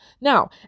Now